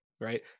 right